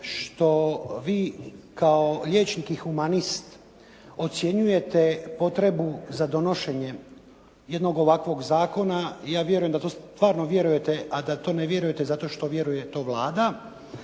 što vi kao liječnik i humanist ocjenjujete potrebu za donošenjem jednog ovakvog zakona. Ja vjerujem da to stvarno vjerujete, a da to ne vjerujete zato što vjeruje to Vlada.